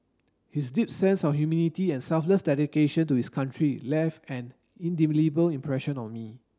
his deep sense of humility and selfless dedication to his country left an indelible impression on me